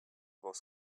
was